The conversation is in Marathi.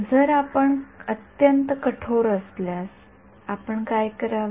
तर आपण अत्यंत कठोर असल्यास आपण काय करावे